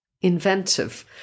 inventive